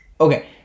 okay